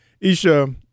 Isha